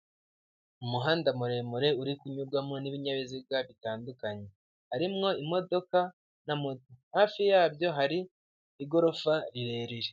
Umuhanda muremure, uri kunyurwamo n'ibinyabiziga bitandukanye. Harimwo imodoka na moto. Hafi yabyo hari igorofa rirerire.